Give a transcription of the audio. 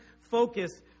focus